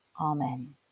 Amen